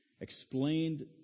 explained